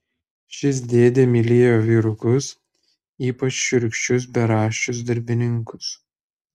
šis dėdė mylėjo vyrukus ypač šiurkščius beraščius darbininkus